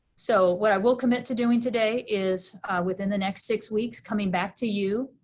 so what i will commit to doing today is within the next six weeks coming back to you,